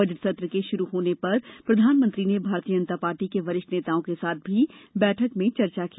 budget सत्र के शुरू होने पर प्रधानमंत्री ने भारतीय जनता पार्टी के वरिष्ठ नेताओं के साथ भी बैठक में चर्चा की